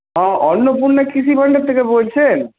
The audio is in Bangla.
হ্যাঁ অন্নপূর্ণা কৃষি ভাণ্ডার থেকে বলছেন